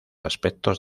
aspectos